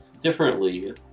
differently